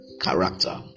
character